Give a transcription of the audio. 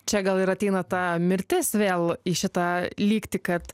čia gal ir ateina ta mirtis vėl į šitą lygtį kad